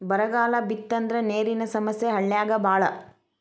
ಬರಗಾಲ ಬಿತ್ತಂದ್ರ ನೇರಿನ ಸಮಸ್ಯೆ ಹಳ್ಳ್ಯಾಗ ಬಾಳ